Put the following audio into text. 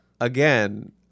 again